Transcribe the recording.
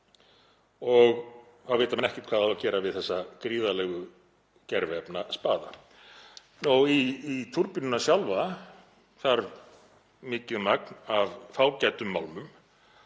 og þá vita menn ekkert hvað á að gera við þessa gríðarlegu gerviefnaspaða. Í túrbínurnar sjálfar þarf mikið magn af fágætum málmum